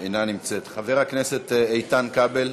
אינה נמצאת, חבר הכנסת איתן כבל,